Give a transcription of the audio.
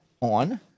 on